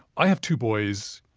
i have two boys,